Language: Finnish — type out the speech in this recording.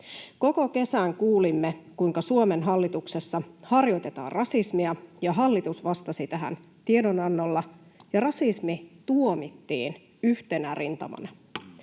Koko kesän kuulimme, kuinka Suomen hallituksessa harjoitetaan rasismia. Hallitus vastasi tähän tiedonannolla, ja rasismi tuomittiin yhtenä rintamana.